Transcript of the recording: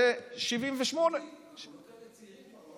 אנחנו כבר לא כאלה צעירים.